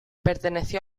perteneció